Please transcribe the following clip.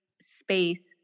space